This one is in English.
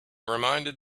reminded